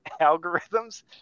algorithms